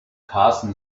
carson